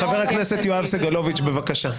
חבר הכנסת יואב סגלוביץ', בבקשה.